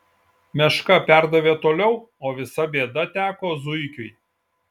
meška perdavė toliau o visa bėda teko zuikiui